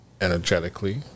energetically